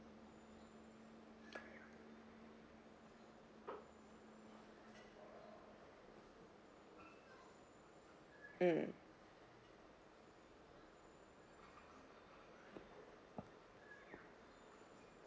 mm